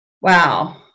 Wow